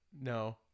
no